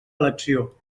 elecció